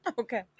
okay